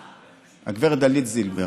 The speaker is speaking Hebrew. הגב' דלית זילבר,